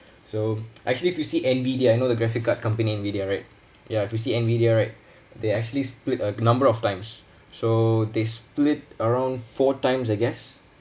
so actually if you see nvidia you know the graphic card company nvidia right ya if you see nvidia right they actually split a number of times so they split around four times I guess